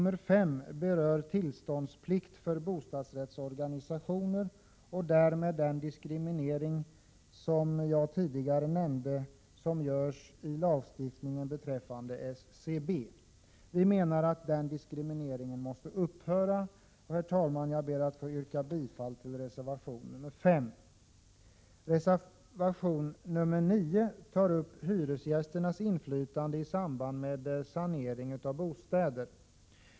Reservation 5 berör tillståndsplikt för bostadsrättsorganisationer och därmed den diskriminering som jag tidigare nämnde görs i lagstiftningen beträffande SBC. Vi menar att den diskrimineringen måste upphöra. Jag yrkar bifall till reservation 5. Reservation 9 tar upp hyresgästernas inflytande i samband med sanering av bostäder.